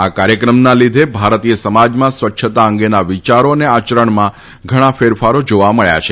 આ કાર્યક્રમના લીધે ભારતીય સમાજમાં સ્વચ્છતા અંગેના વિયારો તથા આયરણમાં ઘણો ફેરફાર જોવા મળ્યો છે